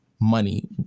money